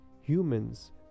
humans